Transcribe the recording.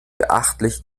beachtlich